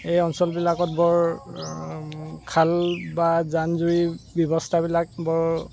এই অঞ্চলবিলাকত বৰ খাল বা জান জুৰি ব্যৱস্থাবিলাক বৰ